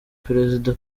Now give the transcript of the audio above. perezida